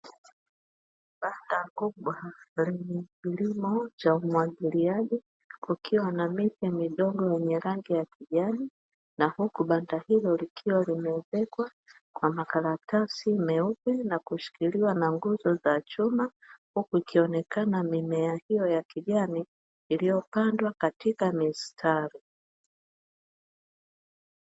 Banda kubwa lenye kilimo cha umwagiliaji kukiwa na miti midogo yenye rangi ya kijani na huku banda hilo likiwa limeezekwa kwa makaratasi meupe na kushikiliwa na nguzo za chuma huku ikionekana mimea hiyo ya kijani iliyopandwa katika mistari.